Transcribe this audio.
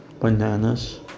bananas